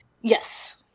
Yes